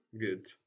Good